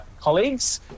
Colleagues